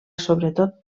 sobretot